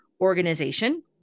organization